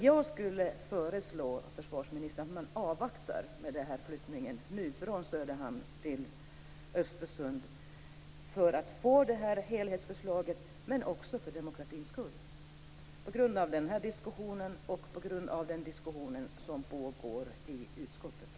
Jag föreslår försvarsministern att man avvaktar med flyttningen från Söderhamn till Östersund eftersom man skall få det här helhetsförslaget, men också för demokratins skull på grund av den här diskussionen och på grund av den diskussion som pågår i utskottet.